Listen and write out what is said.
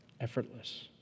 effortless